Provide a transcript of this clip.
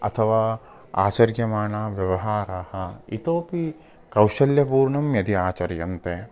अथवा आचर्यमाणा व्यवहाराः इतोऽपि कौशल्यपूर्णं यदि आचर्यन्ते